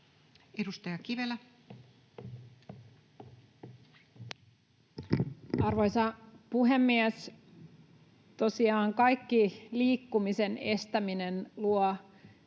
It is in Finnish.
Content: Arvoisa puhemies! Tosiaan kaikki liikkumisen estäminen luo